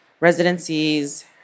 Residencies